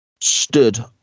stood